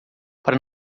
para